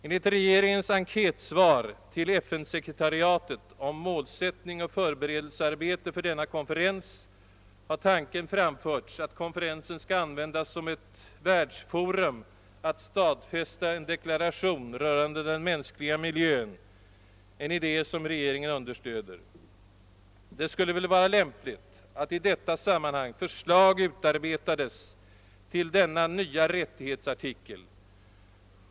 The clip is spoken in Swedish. Enligt regeringens enkätsvar till FN sekretariatet om målsättning och förberedelsearbete för denna konferens har tanken framförts att konferensen skall användas som ett världsforum att stadfästa en deklaration rörande den mänskliga miljön, en idé som regeringen understöder. Det skulle väl vara lämpligt att i detta sammanhang förslag utarbetades till en ny rättighetsartikel.